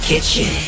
Kitchen